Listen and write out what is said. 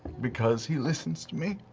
because he listens to me,